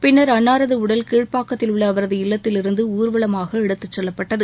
பின்னர் அன்னாரது உடல் கீழ்ப்பாக்கத்தில் உள்ள அவரது இல்லத்திலிருந்து ஊர்வலமாக எடுத்துச் செல்லப்பட்டது